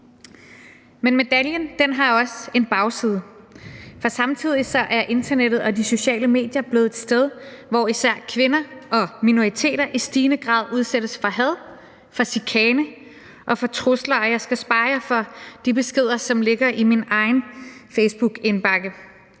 Men medaljen har også en bagside, for samtidig er internettet og de sociale medier blevet et sted, hvor især kvinder og minoriteter i stigende grad udsættes for had, for chikane og for trusler, og jeg skal spare jer for de beskeder, som ligger i min egen facebookindbakke.